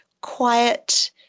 quiet